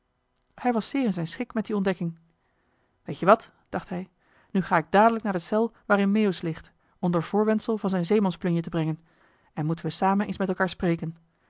hij was zeer in zijn schik met die ontdekking joh h been paddeltje de scheepsjongen van michiel de ruijter weet-je wat dacht hij nu ga ik dadelijk naar de cel waarin meeuwis ligt onder voorwendsel van zijn zeemansplunje te brengen en moeten we samen eens met elkaar spreken